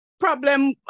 Problem